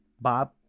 Bob